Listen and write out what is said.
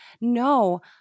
no